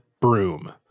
broom